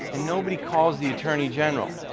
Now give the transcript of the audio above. and nobody calls the attorney general.